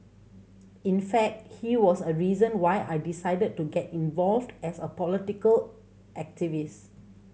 in fact he was a reason why I decided to get involved as a political activist